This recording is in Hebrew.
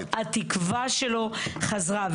התקווה שלו חזרה.